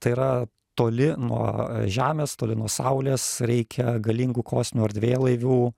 tai yra toli nuo žemės toli nuo saulės reikia galingų kosminių erdvėlaivių